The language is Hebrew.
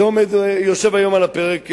זה עומד היום על הפרק,